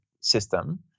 system